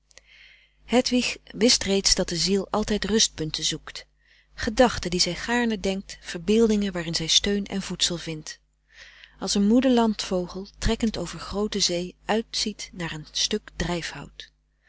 hedwig wist reeds dat de ziel altijd rustpunten zoekt gedachten die zij gaarne denkt verbeeldingen waarin zij steun en voedsel vindt als een moede landvogel trekkend over groote zee uitziet naar een stuk